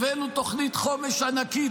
הבאנו תוכנית חומש ענקית,